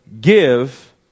give